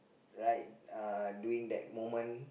right uh during that moment